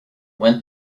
went